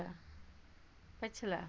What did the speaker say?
पछिला